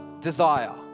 desire